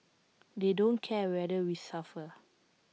they don't care whether we suffer